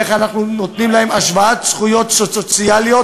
איך אנחנו נותנים להם השוואת זכויות סוציאליות: